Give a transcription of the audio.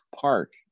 park